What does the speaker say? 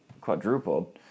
quadrupled